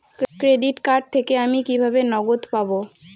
Credit card থেকে আমি কিভাবে নগদ পাব?